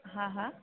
હાં હાં